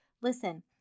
Listen